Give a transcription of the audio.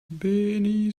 bénie